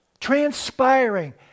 transpiring